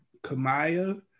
Kamaya